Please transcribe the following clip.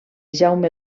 jaume